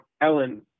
Ellen